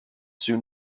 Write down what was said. soon